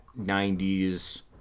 90s